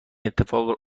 اتفاق